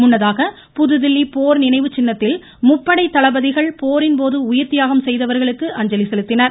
முன்னதாக புதுதில்லி போர் நினைவுச் சின்னத்தில் முப்படை தளபதிகள் போரின்போது உயிர்த்தியாகம் செய்தவர்களுக்கு அஞ்சலி செலுத்தினர்